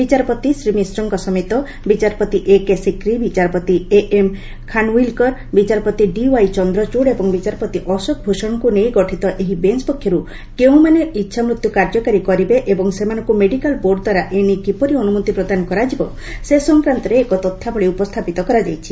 ବିଚାରପତି ଶ୍ରୀ ମିଶ୍ରଙ୍କ ସମେତ ବିଚାରପତି ଏକେସିକ୍ରି ବିଚାରପତି ଏଏମ୍ ଖାନୱିଲକର ବିଚାରପତି ଡିୱାଇ ଚନ୍ଦ୍ରଚଡ ଏବଂ ବିଚାରପତି ଅଶୋକ ଭ୍ଭଷଣଙ୍କୁ ନେଇ ଗଠିତ ଏହି ବେଞ୍ଚ ପକ୍ଷର୍ କେଉଁମାନେ ଇଚ୍ଛାମୃତ୍ୟ କାର୍ଯ୍ୟକାରୀ କରିବେ ଏବଂ ସେମାନଙ୍କୁ ମେଡ଼ିକାଲ ବୋର୍ଡ ଦ୍ୱାରା ଏନେଇ କିପରି ଅନୁମତି ପ୍ରଦାନ କରାଯିବ ସେ ସଂକ୍ରାନ୍ତ ଏକ ତଥ୍ୟାବଳୀ ଉପସ୍ଥାପିତ କରାଯାଇଛି